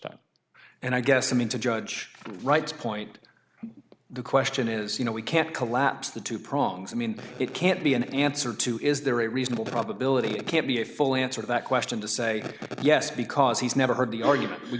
time and i guess i mean to judge wright's point the question is you know we can't collapse the two prongs i mean it can't be an answer to is there a reasonable probability it can't be a full answer that question to say yes because he's never heard the argument we